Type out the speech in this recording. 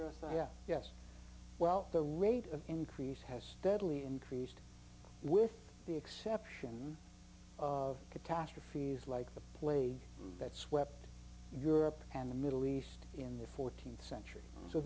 growth yes well the rate of increase has steadily increased with the exception of catastrophes like the plague that swept europe and the middle east in the fourteenth century so